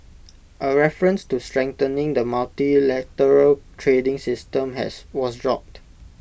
A reference to strengthening the multilateral trading system has was dropped